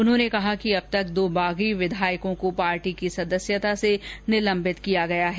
उन्होंने कहा कि अब तक दो बागी विधायकों को पार्टी की सदस्यता से निलंबित किया गया है